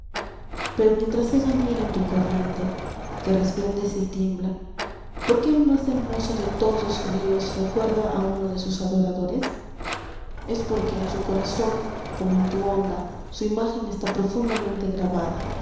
pero mientras ella mira en tu corriente que resplandece y tiembla por qué el más hermoso de todos ríos recuerda a uno de sus adoradores es porque en su corazón como en tu onda su imagen está profundamente grabada